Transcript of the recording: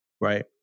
right